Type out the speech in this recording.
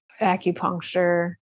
acupuncture